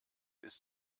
ist